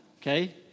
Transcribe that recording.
okay